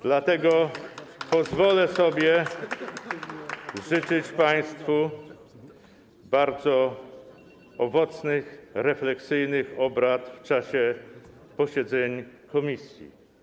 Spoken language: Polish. Dlatego pozwolę sobie życzyć państwu bardzo owocnych, refleksyjnych obrad w czasie posiedzeń komisji.